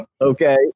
Okay